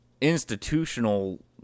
institutional